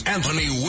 Anthony